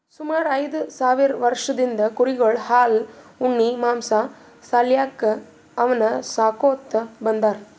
ಸುಮಾರ್ ಐದ್ ಸಾವಿರ್ ವರ್ಷದಿಂದ್ ಕುರಿಗೊಳ್ ಹಾಲ್ ಉಣ್ಣಿ ಮಾಂಸಾ ಸಾಲ್ಯಾಕ್ ಅವನ್ನ್ ಸಾಕೋತ್ ಬಂದಾರ್